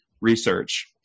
research